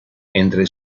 entre